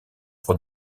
pour